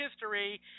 history